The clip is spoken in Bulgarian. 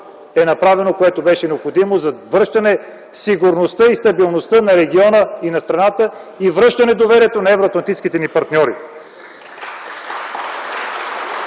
е направено, което беше необходимо, за връщане сигурността и стабилността на региона и на страната, и връщане на доверието на евроатлантическите ни партньори.